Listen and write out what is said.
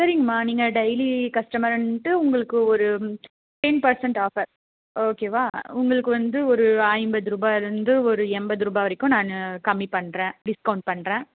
சரிங்ம்மா நீங்கள் டெய்லி கஷ்ட்டமருண்டு உங்களுக்கு ஒரு டென் பெர்சென்ட் ஆஃபர் ஓகே வா உங்களுக்கு வந்து ஒரு ஐம்பது ரூபாவில இருந்து ஒரு எண்பது ரூபா வரைக்கும் நான் கம்மி பண்ணுறேன் டிஸ்கவுண்ட் பண்ணுறேன்